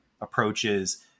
approaches